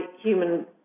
human